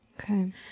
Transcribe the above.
Okay